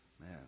man